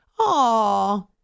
aw